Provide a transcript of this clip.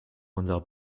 unser